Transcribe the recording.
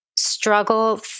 Struggle